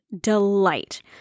delight